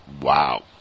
Wow